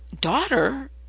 daughter